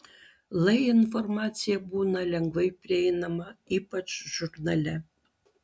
lai informacija būna lengvai prieinama ypač žurnale